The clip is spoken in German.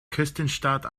küstenstadt